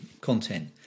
content